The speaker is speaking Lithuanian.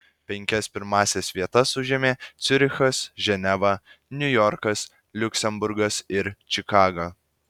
penkias pirmąsias vietas užėmė ciurichas ženeva niujorkas liuksemburgas ir čikaga